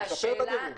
זה משפר את הדירוג.